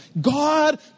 God